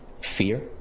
Fear